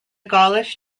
gaulish